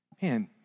Man